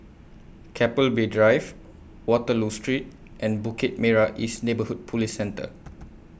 Keppel Bay Drive Waterloo Street and Bukit Merah East Neighbourhood Police Centre